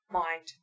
mind